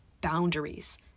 boundaries